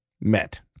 met